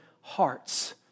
hearts